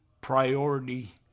priority